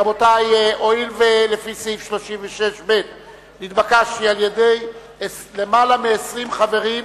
רבותי, הואיל והתבקשתי על-ידי למעלה מ-20 חברים,